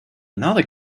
another